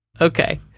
okay